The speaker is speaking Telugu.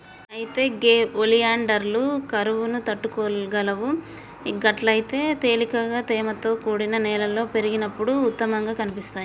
అయితే గే ఒలియాండర్లు కరువును తట్టుకోగలవు గట్లయితే తేలికగా తేమతో కూడిన నేలలో పెరిగినప్పుడు ఉత్తమంగా కనిపిస్తాయి